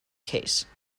case